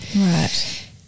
Right